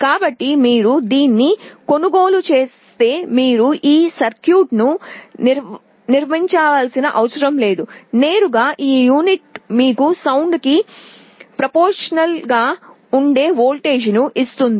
కాబట్టి మీరు దీన్ని కొనుగోలు చేస్తే మీరు ఈ సర్క్యూట్ను నిర్మించాల్సిన అవసరం లేదు నేరుగా ఈ యూనిట్ మీకు ధ్వనికి అనులోమానుపాతంలో ఉండే వోల్టేజ్ను ఇస్తుంది